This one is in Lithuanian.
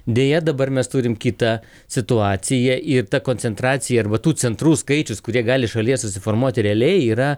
deja dabar mes turim kitą situaciją ir ta koncentracija arba tų centrų skaičius kurie gali šalyje susiformuoti realiai yra